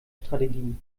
strategie